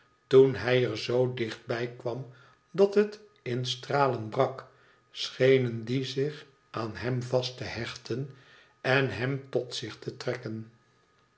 toen hij er zoo dicht bij kwam dat het in stralen brak schenen die zich aan hem vast te hechten en hem tot zich te trekken